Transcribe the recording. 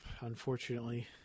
Unfortunately